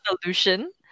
solution